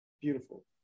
Beautiful